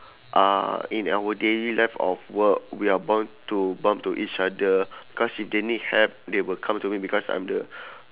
uh in our daily life of work we are bound to bump to each other cause if they need help they will come to me because I'm the